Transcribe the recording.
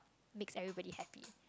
makes everybody happy